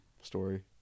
story